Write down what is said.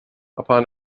upon